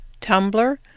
Tumblr